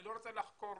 אני לא רוצה לחקור,